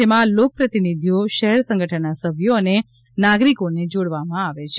જેમાં લોકપ્રતિનિધીઓ શહેર સંગઠનના સભ્યો અને નાગરીકોને જોડવામાં આવે છે